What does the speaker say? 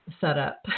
setup